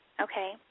okay